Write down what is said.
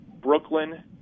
Brooklyn